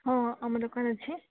ହଁ ଆମ ଦୋକାନରେ ଅଛେ